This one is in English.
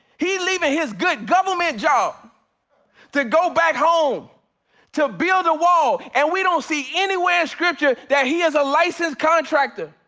he leaving his good government job to go back home to build a wall. and we don't see anywhere in scripture that he is a licensed contractor,